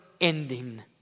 ending